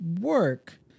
work